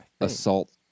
Assault